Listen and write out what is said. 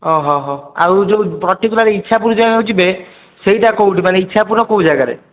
ଓହଃ ହଃ ଆଉ ଯେଉଁ ପଟିକୁଲାର୍ ଇଚ୍ଛାପୁର୍ ଜାଗାକୁ ଯିବେ ସେଇଟା କେଉଁଠି ମାନେ ଇଚ୍ଛାପୁରର କେଉଁ ଜାଗାରେ